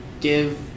give